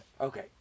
Okay